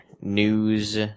news